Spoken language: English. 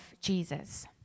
Jesus